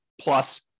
plus